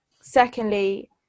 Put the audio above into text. secondly